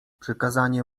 przykazanie